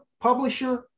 publisher